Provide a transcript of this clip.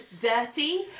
dirty